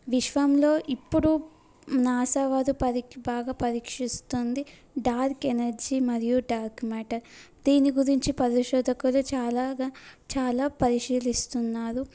విశ్వంలో ఇప్పుడు నాసా వారు బాగా పరీక్షిస్తుంది డార్క్ ఎనర్జీ మరియు డార్క్ మ్యాటర్ దీని గురించి పరిశోధకులు చాలాగా చాలా పరిశీలిస్తున్నారు